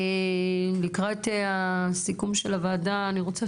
לקראת הסיכום של הוועדה, אני רוצה